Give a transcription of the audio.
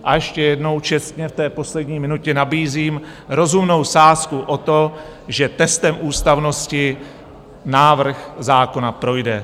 A ještě jednou čestně v té poslední minutě nabízím rozumnou sázku o to, že testem ústavnosti návrh zákona projde.